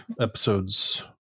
episodes